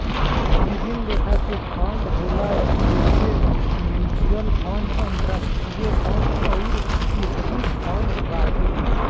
विभिन्न लेखा के फंड होला जइसे म्यूच्यूअल फंड, अंतरास्ट्रीय फंड अउर इक्विटी फंड बाकी